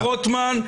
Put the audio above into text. חבר הכנסת רוטמן,